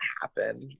happen